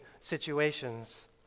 situations